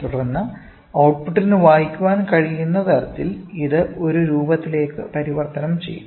തുടർന്ന് ഔട്ട് പുട്ടിന് വായിക്കാൻ കഴിയുന്ന തരത്തിൽ ഇത് ഒരു രൂപത്തിലേക്ക് പരിവർത്തനം ചെയ്യും